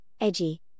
edgy